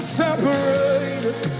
separated